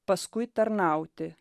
paskui tarnauti